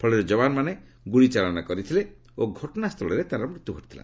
ଫଳରେ ଯବାନମାନେ ଗୁଳି ଚାଳନା କରିଥିଲେ ଓ ଘଟଣାସ୍ଥଳରେ ତା'ର ମୃତ୍ୟୁ ଘଟିଥିଲା